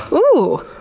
ooooh!